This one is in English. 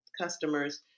customers